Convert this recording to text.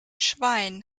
schwein